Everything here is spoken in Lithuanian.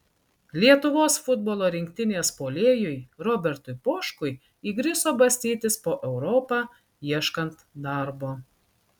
lietuvos futbolo rinktinės puolėjui robertui poškui įgriso bastytis po europą ieškant darbo